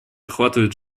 охватывает